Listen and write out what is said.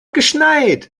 geschneit